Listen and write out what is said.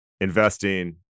investing